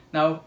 Now